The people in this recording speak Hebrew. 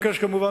כמובן,